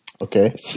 Okay